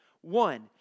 One